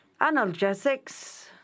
analgesics